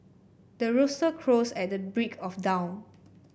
the rooster crows at the break of dawn